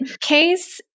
case